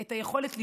את היכולת לבחור.